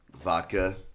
vodka